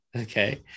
okay